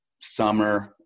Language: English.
summer